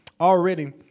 already